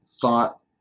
thought